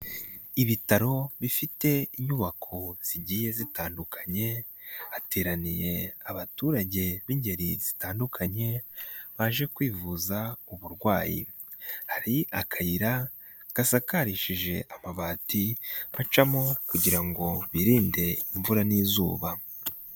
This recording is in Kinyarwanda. Ibitaro bifite inyubako zigiye zitandukanye, hateraniye abaturage b'ingeri zitandukanye, baje kwivuza uburwayi. Hari akayira gasakarishije amabati bacamo kugira ngo birinde imvura n'izuba.